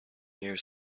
years